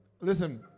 Listen